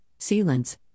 sealants